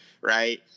right